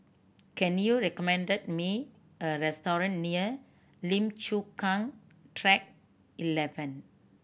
can you recommend me a restaurant near Lim Chu Kang Track Eleven